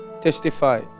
Testify